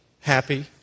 happy